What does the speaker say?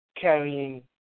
carrying